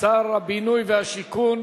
שר הבינוי והשיכון